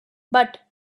but